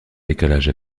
décalage